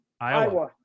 Iowa